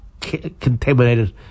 contaminated